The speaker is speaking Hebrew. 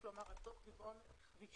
כלומר עד סוף רבעון ראשון.